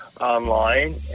online